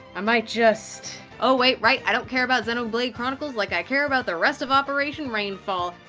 i might just, oh wait, right, i don't care about xenoblade chronicles like i care about the rest of operation rainfall.